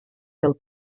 del